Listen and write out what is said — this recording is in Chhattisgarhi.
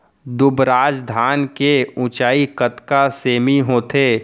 दुबराज धान के ऊँचाई कतका सेमी होथे?